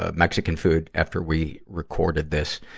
ah mexican food after we recorded this.